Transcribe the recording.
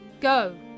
Go